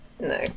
No